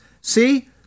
See